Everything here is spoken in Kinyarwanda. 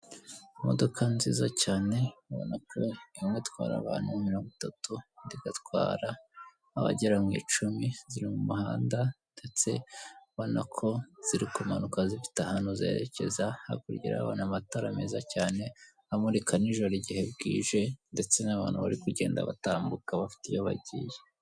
Uhanda w'umukara uri kugendwamo nikimodoka kinini kiririmo ubwoko bwa hoho, gitwara imizigo myinshi ifite ibara ry'umutuku ndetse n'icyatsi kibisi, ku ruhande hari akayira k'abanyamaguru hejuru hari ikiraro.